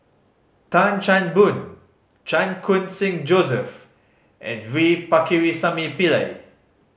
Tan Chan Boon Chan Khun Sing Joseph and V Pakirisamy Pillai